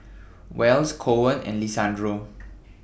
Wells Koen and Lisandro